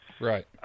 Right